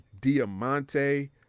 diamante